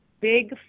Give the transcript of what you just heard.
Big